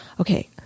okay